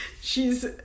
she's-